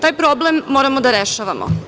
Taj problem moramo da rešavamo.